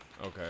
Okay